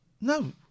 No